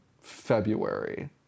February